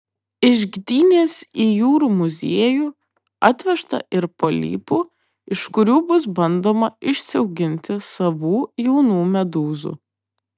iš gdynės į jūrų muziejų atvežta ir polipų iš kurių bus bandoma išsiauginti savų jaunų medūzų